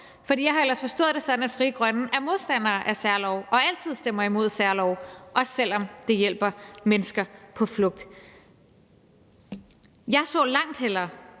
for jeg har ellers forstået det sådan, at Frie Grønne er modstandere af særlove og altid stemmer imod særlove, også selv om det hjælper mennesker på flugt. Jeg så langt hellere,